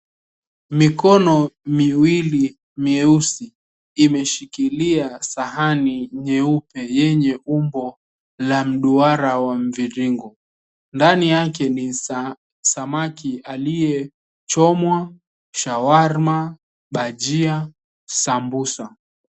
Mikono miwili mieusi imeshikilia sahani nyeupe yenye umbo la mduara wa mviringo. Ndani yake ni samaki aliyechomwa, shawarma, bajia, sambusa.